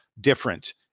different